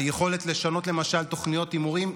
היכולת לשנות למשל תוכניות הימורים,